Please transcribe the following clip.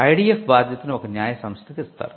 IDF బాధ్యతను ఒక న్యాయ సంస్థకు ఇస్తారు